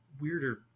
weirder